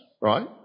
right